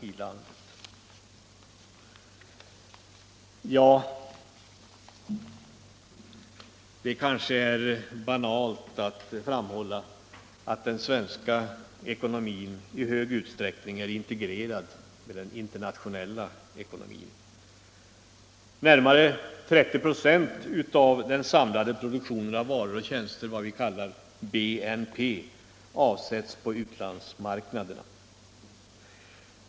i Det kanske är banalt att framhålla att den svenska ekonomin i stor utsträckning är integrerad med den internationella ekonomin. Närmare 30 96 av den samlade produktionen av varor och tjänster — vad vi kallar BNP -— avsätts på utlandsmarknaderna.